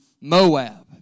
Moab